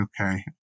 Okay